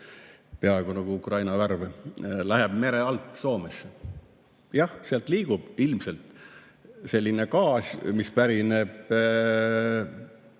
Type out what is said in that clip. peaaegu nagu Ukraina värv – läheb mere alt Soomesse. Jah, sealt kaudu liigub ilmselt selline gaas, mis toidab